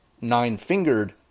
nine-fingered